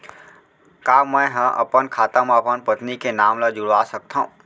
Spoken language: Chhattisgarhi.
का मैं ह अपन खाता म अपन पत्नी के नाम ला जुड़वा सकथव?